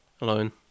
alone